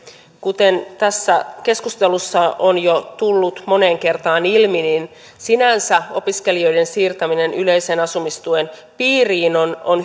kuten tässä keskustelussa on jo tullut moneen kertaan ilmi sinänsä opiskelijoiden siirtäminen yleisen asumistuen piiriin on